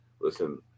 listen